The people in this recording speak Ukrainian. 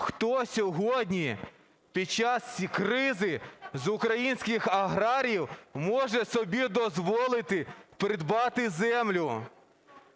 хто сьогодні під час кризи з українських аграріїв може собі дозволити придбати землю?